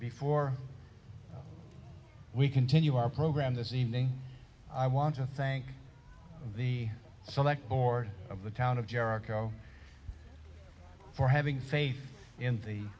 before we continue our program this evening i want to thank the select board of the town of jericho for having faith in the